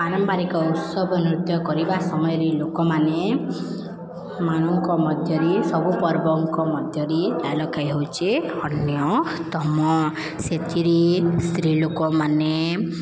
ପାରମ୍ପରିକ ଉତ୍ସବ ନୃତ୍ୟ କରିବା ସମୟରେ ଲୋକମାନେ ମାନଙ୍କ ମଧ୍ୟରେ ସବୁ ପର୍ବଙ୍କ ମଧ୍ୟରେ ଡାଲଖାଇ ହେଉଛେ ଅନ୍ୟତମ ସେଥିରେ ସ୍ତ୍ରୀ ଲୋକମାନେ